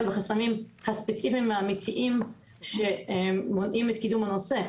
בחסמים הספציפיים האמיתיים שמונעים את קידום הנושא.